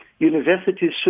Universities